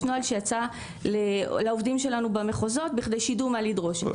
יש נוהל שיצא לעובדים שלנו במחוזות בכדי שידעו מה לדרוש.